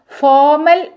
formal